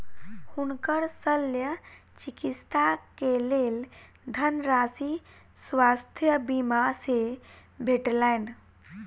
हुनकर शल्य चिकित्सा के लेल धनराशि स्वास्थ्य बीमा से भेटलैन